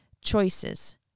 choices